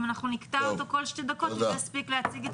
אם נקטע אותו כל שתי דקות הוא לא הספיק להציג.